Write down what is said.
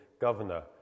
governor